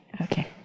Okay